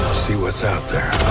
see what's out there.